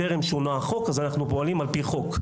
טרם שונה החוק אז אנחנו פועלים על פי חוק.